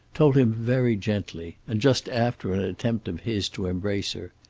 told him very gently, and just after an attempt of his to embrace her.